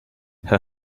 her